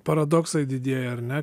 paradoksai didėja ar ne